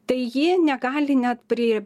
tai jie negali net pri